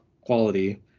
quality